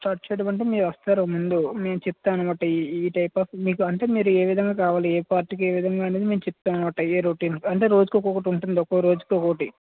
start చేయడం అంటే మీరొస్తారు ముందు మేం చెప్తామన్నమాట ఈ ఈ టైప్ ఆఫ్ మీకు అంటే మీరు ఏ విదంగా కావలి ఏ పార్ట్కి ఏ విదంగా అనేది మేం చెప్తామ్మన్నమాట ఏ రొటీన్ అంటే రోజుకి ఒక్కోటి ఉంటుంది ఒక్కో రోజుకి ఒక్కోటి